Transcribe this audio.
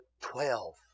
twelve